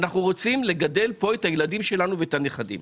אנחנו רוצים לגדל פה את הילדים שלנו ואת הנכדים.